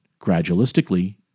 gradualistically